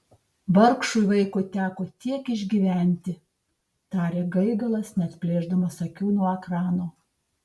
vargšui vaikui teko tiek išgyventi tarė gaigalas neatplėšdamas akių nuo ekrano